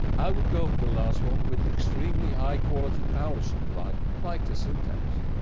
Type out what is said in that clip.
i would go for the last one with extremely high quality power supply like the syntaxx.